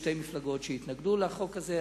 שתי מפלגות התנגדו לחוק הזה.